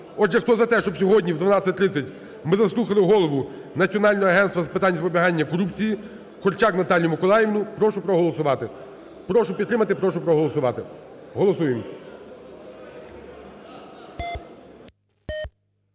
Отже, хто за те, щоб сьогодні о 12.30 ми заслухали голову Національного агентства з питань запобігання корупції Корчак Наталію Миколаївну, прошу проголосувати. Прошу підтримати, прошу проголосувати. Голосуємо.